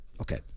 Okay